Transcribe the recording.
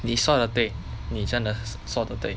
你说得对你真的说得对